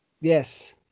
Yes